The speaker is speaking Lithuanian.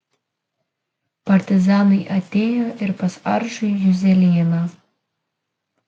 partizanai atėjo ir pas aršųjį juzelėną